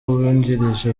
uwungirije